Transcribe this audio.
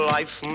Life